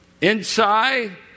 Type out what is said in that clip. inside